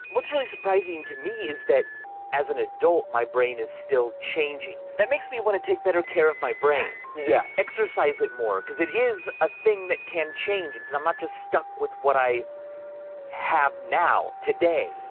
what's really surprising to me is that as an adult, my brain is still changing, that makes me wanna take better care of my brain. yeah exercise it more, because it is a thing that can change it. so i'm not just stuck with what i have now, today.